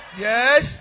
Yes